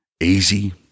Easy